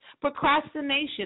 Procrastination